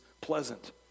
pleasant